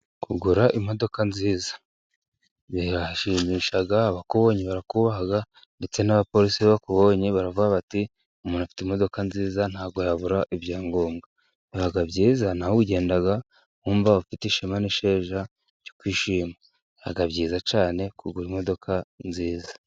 Kugura imodoka nziza birahashimisha, abakubonye barakubaha ndetse n'abaporisi bakubonye baravuga bati umuntu afite imodoka nziza, nta bwo yabura ibyangombwa, biba byiza nawe ugenda wumva ufite ishema n'isheja ryo kwishima, Biba byiza cyane, kugura imodoka nziza.